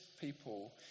people